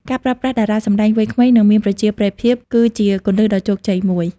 ការប្រើប្រាស់ តារាសម្តែងវ័យក្មេង និងមានប្រជាប្រិយភាពគឺជាគន្លឹះដ៏ជោគជ័យមួយ។